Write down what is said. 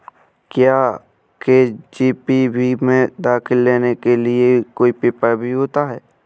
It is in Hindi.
क्या के.जी.बी.वी में दाखिला लेने के लिए कोई पेपर भी होता है?